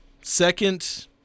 second